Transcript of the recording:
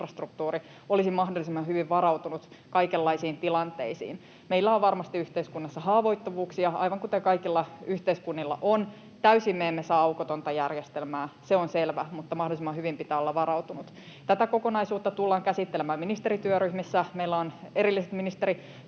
infrastruktuuri olisi mahdollisimman hyvin varautunut kaikenlaisiin tilanteisiin. Meillä on varmasti yhteiskunnassa haavoittuvuuksia aivan kuten kaikilla yhteiskunnilla on. Täysin aukotonta järjestelmää me emme saa, se on selvä, mutta mahdollisimman hyvin pitää olla varautunut. Tätä kokonaisuutta tullaan käsittelemään ministerityöryhmissä. Meillä on erilliset